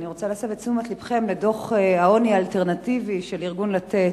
אני רוצה להסב את תשומת לבכם לדוח העוני האלטרנטיבי של ארגון "לתת",